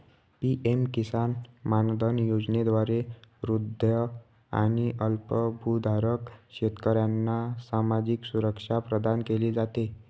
PM Kisan Maandhan योजनेद्वारे वृद्ध आणि अल्पभूधारक शेतकऱ्यांना सामाजिक सुरक्षा प्रदान केली जाते